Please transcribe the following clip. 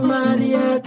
Maria